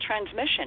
transmission